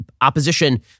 opposition